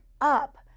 up